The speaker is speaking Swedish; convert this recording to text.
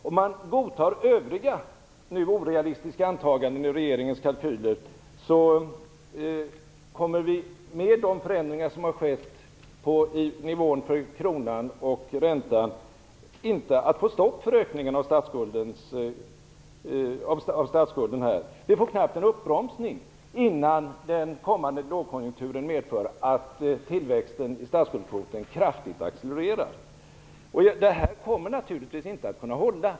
Om man godtar övriga orealistiska antaganden i regeringens kalkyler kommer vi, med de förändringar som har skett i nivån för kronan och räntan, inte ha få stopp på ökningen av statsskulden. Vi får knappt en uppbromsning innan den kommande lågkonjunkturen medför att tillväxten i statsskuldskvoten kraftigt accelererar. Det här kommer naturligtvis inte att kunna hålla.